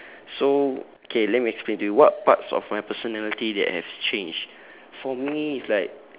so okay let me explain to you what parts of my personality that has changed for me is like